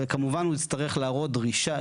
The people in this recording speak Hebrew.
כמובן הוא יצטרך דרישה,